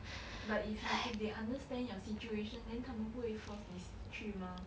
but if you if they understand your situation then 他们不会 force 你去 mah